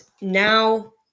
now